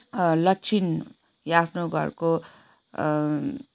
लक्षण या आफ्नो घरको